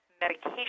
medication